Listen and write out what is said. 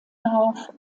darauf